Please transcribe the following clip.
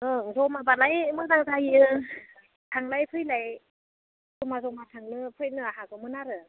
ओं जमाब्लालाय मोजां जायो थांनाय फैनाय जमा जमा थांनो फैनो हागौमोन आरो